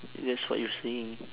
that's what you're saying